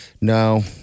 No